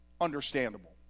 understandable